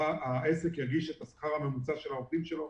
העסק יגיש את השכר הממוצע של העובדים שלו,